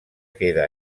queda